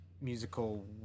musical